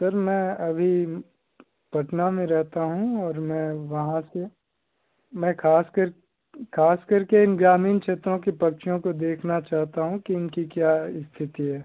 sir मैं अभी पटना में रहता हूँ और मैं वहाँ से मैं ख़ास कर ख़ास कर के इन ग्रमीण क्षेत्रों की पक्षियों को देखना चाहता हूँ कि इनकी क्या स्थिति है